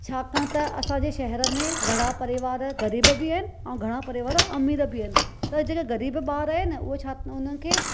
छाकाणि त असांजे शहर में घणा परिवार ग़रीब बि आहिनि ऐं घणा परिवार अमीर बि आहिनि त जेके ग़रीब ॿार आहिनि उहो छा था हुनखे